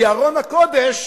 כי ארון הקודש